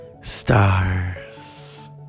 Stars